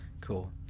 Cool